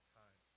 time